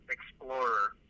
Explorer